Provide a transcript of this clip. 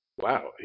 Wow